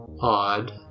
Odd